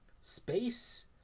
space